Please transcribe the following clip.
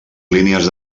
línies